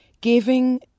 giving